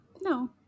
No